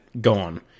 gone